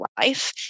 life